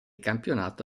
campionato